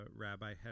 rabbi